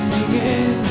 Singing